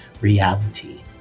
reality